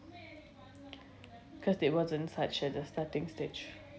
cause it wasn't such at the starting stage